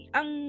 ang